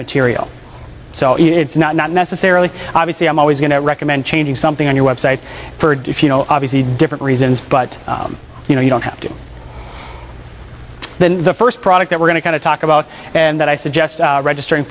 material so it's not not necessarily obviously i'm always going to recommend changing something on your website if you know obviously different reasons but you know you don't have to then the first product that we're going to talk about and that i suggest registering